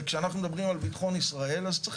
וכשאנחנו מדברים על ביטחון ישראל אז צריך